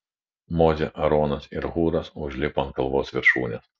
mozė aaronas ir hūras užlipo ant kalvos viršūnės